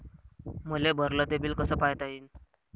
मले भरल ते बिल कस पायता येईन?